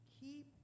keep